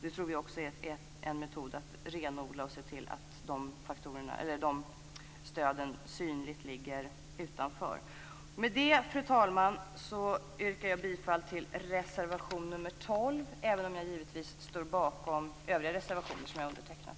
Det tror vi också är en metod att renodla och se till att dessa stöd synligt ligger utanför. Med det, fru talman, yrkar jag bifall till reservation 12, även om jag givetvis står bakom övriga reservationer som jag har undertecknat.